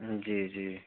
जी जी